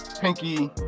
Pinky